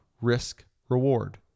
Risk-Reward